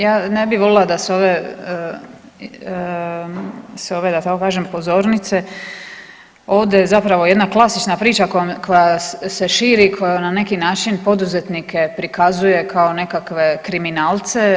Ja ne bi volila da s ove, s ove da tako kažem pozornice ode zapravo jedna klasična priča koja se širi, koja na neki način poduzetnike prikazuje kao nekakve kriminalce.